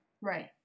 Right